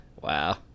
Wow